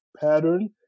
pattern